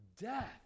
death